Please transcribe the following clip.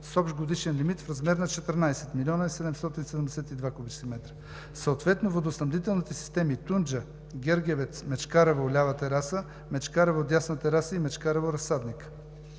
с общ годишен лимит в размер на 14 млн. 772 куб. м, съответно водоснабдителните системи Тунджа, Гергевец, Мечкарево – лява тераса, Мечкарево – дясна тераса, и Мечкарево – разсадника.